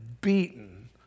beaten